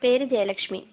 പേര് ജയലക്ഷ്മി